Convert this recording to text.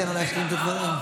אתן לו להשלים את הדברים.